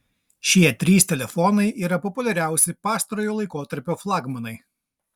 šie trys telefonai yra populiariausi pastarojo laikotarpio flagmanai